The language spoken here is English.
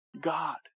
God